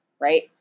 Right